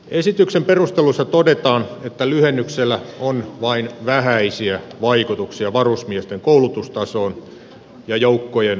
esityksen perusteluissa todetaan että lyhennyksellä on vain vähäisiä vaikutuksia varusmiesten koulutustasoon ja joukkojen suorituskykyyn